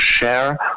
share